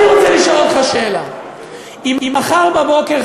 אני רוצה לשאול אותך שאלה: אם מחר בבוקר,